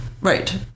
Right